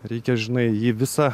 reikia žinai jį visą